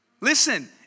Listen